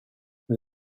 mae